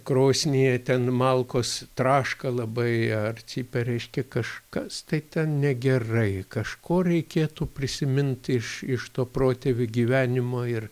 krosnyje ten malkos traška labai ar cypia reiškia kažkas tai ten negerai kažko reikėtų prisimint iš iš to protėvių gyvenimo ir